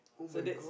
so that's